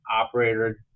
operator